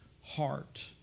Heart